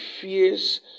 fears